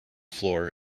floor